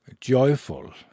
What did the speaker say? joyful